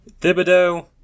Thibodeau